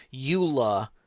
eula